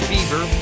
Fever